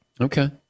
Okay